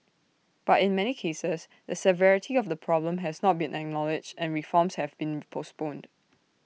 but in many cases the severity of the problem has not been acknowledged and reforms have been postponed